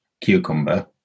cucumber